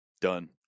Done